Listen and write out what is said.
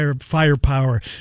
firepower